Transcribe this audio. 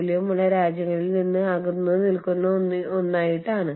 കൂടാതെ ഈ മോഡൽ അത്തരം സാഹചര്യങ്ങളെ സംബന്ധിക്കുന്നതാണ്